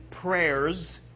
prayers